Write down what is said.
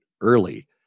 early